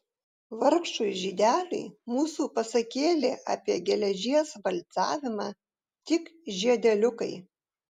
vargšui žydeliui mūsų pasakėlė apie geležies valcavimą tik žiedeliukai